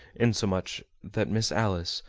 insomuch that miss alice,